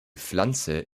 pflanze